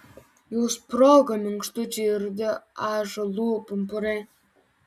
jau sprogo minkštučiai rudi ąžuolų pumpurai